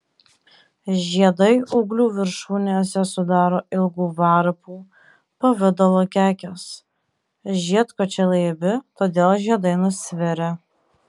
žiedai ūglių viršūnėse sudaro ilgų varpų pavidalo kekes žiedkočiai laibi todėl žiedai nusvirę